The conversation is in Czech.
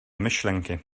myšlenky